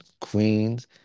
Queens